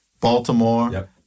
Baltimore